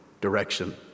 direction